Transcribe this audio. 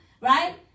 Right